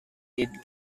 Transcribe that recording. did